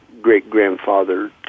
great-grandfather